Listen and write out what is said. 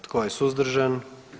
Tko je suzdržan?